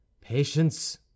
Patience